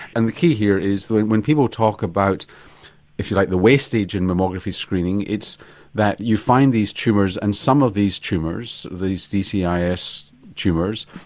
and the key here is like when people talk about if you like the wastage in mammography screening, it's that you find these tumours and some of these tumours, these dcis tumours,